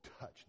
touch